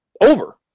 over